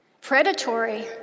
predatory